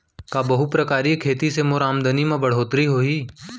का बहुप्रकारिय खेती से मोर आमदनी म बढ़होत्तरी होही?